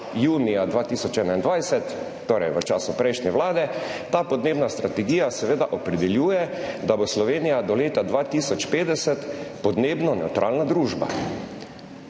junija 2021, torej v času prejšnje vlade. Ta podnebna strategija seveda opredeljuje, da bo Slovenija do leta 2050 podnebno nevtralna družba.